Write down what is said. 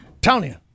Tonya